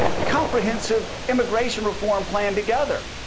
ah comprehensive immigration reform plan together.